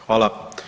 Hvala.